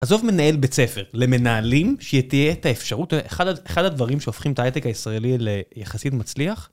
עזוב מנהל בית ספר למנהלים, שתהיה את האפשרות, אחד הדברים שהופכים את הייטק הישראלי ליחסית מצליח.